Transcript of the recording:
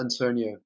antonio